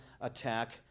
attack